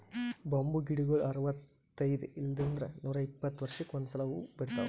bamboo ಗಿಡಗೊಳ್ ಅರವತೈದ್ ಇಲ್ಲಂದ್ರ ನೂರಿಪ್ಪತ್ತ ವರ್ಷಕ್ಕ್ ಒಂದ್ಸಲಾ ಹೂವಾ ಬಿಡ್ತಾವ್